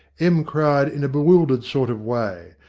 em cried in a bewildered sort of way,